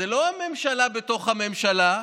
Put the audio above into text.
זאת לא הממשלה בתוך הממשלה,